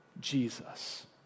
Jesus